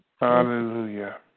Hallelujah